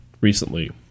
recently